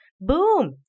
boom